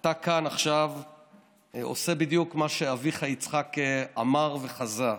אתה כאן עכשיו עושה בדיוק מה שאביך יצחק אמר וחזה.